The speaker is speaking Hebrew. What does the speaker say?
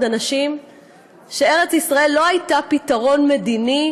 אנשים שארץ ישראל לא הייתה פתרון מדיני,